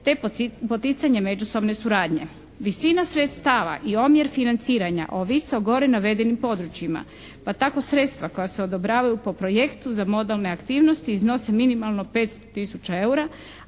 te poticanje međusobne suradnje. Visina sredstava i omjer financiranja ovise o gore navedenim područjima, pa tako sredstva koja se odobravaju po projektu za modalne aktivnosti iznose minimalno 500 tisuća eura,